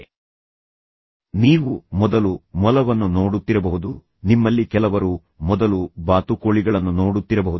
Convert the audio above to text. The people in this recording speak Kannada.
ಆದ್ದರಿಂದ ನೀವು ನಿಮ್ಮಲ್ಲಿ ಕೆಲವರಂತೆ ಮೊದಲು ಮೊಲವನ್ನು ನೋಡುತ್ತಿರಬಹುದು ನಿಮ್ಮಲ್ಲಿ ಕೆಲವರು ಮೊದಲು ಬಾತುಕೋಳಿಗಳನ್ನು ನೋಡುತ್ತಿರಬಹುದು